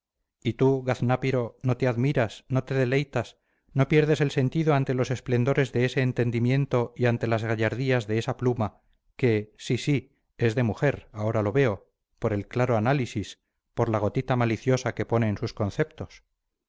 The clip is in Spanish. y tú gaznápiro no te admiras no te deleitas no pierdes el sentido ante los esplendores de ese entendimiento y ante las gallardías de esa pluma que sí sí es de mujer ahora lo veo por el claro análisis por la gotita maliciosa que pone en sus conceptos